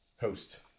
host